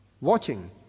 watching